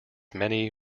many